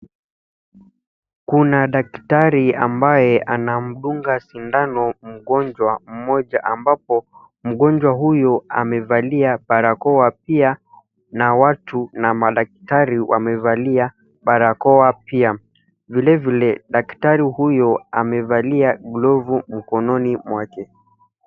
Kuna daktari ambaye anamdunga sindano mgonjwa mmoja ambapo, mgonjwa huyu amevalia barakaoa pia, na watu na madaktari wamevalia barakoa pia. Vilevile daktari huyo amevalia glavu mkononi mwake.